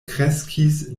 kreskis